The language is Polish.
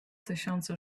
tysiące